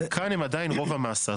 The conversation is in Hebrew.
כאן הם עדיין רוב המסה.